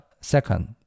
second